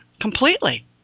completely